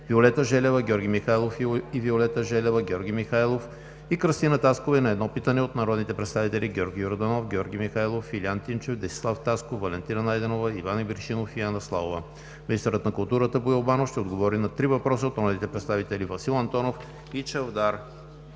Виолета Желева; Георги Михайлов; и Кръстина Таскова; и на едно питане от народните представители Георги Йорданов, Георги Михайлов, Илиян Тимчев, Десислав Тасков, Валентина Найденова, Иван Ибришимов и Анна Славова. 6. Министърът на културата Боил Банов ще отговори на три въпроса от народните представители Васил Антонов и Чавдар